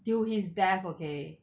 till his death okay